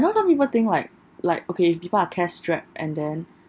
you know some people think like like okay if people are cash strapped and then